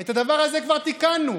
את הדבר הזה כבר תיקנו.